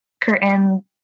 curtain